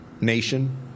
nation